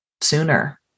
sooner